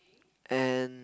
and